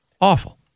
Awful